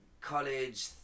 college